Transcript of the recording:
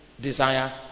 desire